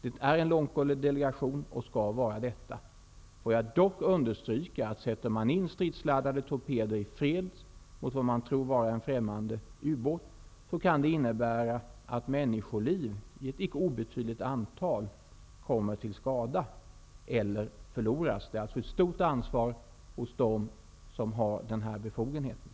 Det finns en långtgående delegation, och så skall det också vara. Jag vill dock understryka att insättandet av stridsladdade torpeder i fredstid mot vad man tror vara en främmande ubåt kan innebära att ett icke obetydligt antal människoliv kommer till skada eller förloras. Det är alltså ett stort ansvar som åligger dem som har dessa befogenheter.